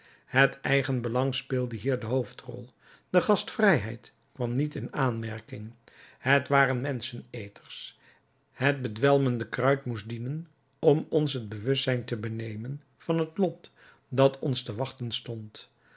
het eigenbelang speelde hier de hoofdrol de gastvrijheid kwam niet in aanmerking het waren menscheneters het bedwelmende kruid moest dienen om ons het bewustzijn te benemen van het lot dat ons te wachten stond